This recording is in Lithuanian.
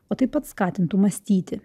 o taip pat skatintų mąstyti